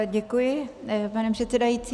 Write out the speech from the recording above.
Děkuji, pane předsedající.